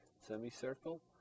semicircle